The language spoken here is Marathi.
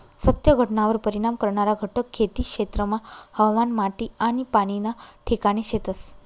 सत्य घटनावर परिणाम करणारा घटक खेती क्षेत्रमा हवामान, माटी आनी पाणी ना ठिकाणे शेतस